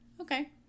Okay